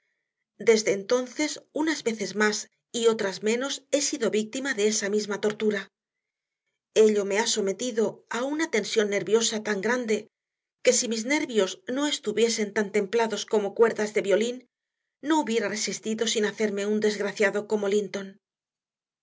desde entonces unas veces más y otras menos he sido víctima de esa misma tortura ello me ha sometido a una tensión nerviosa tan grande que si mis nervios no estuviesen tan templados como cuerdas de violín no hubiera resistido sin hacerme un desgraciado como linton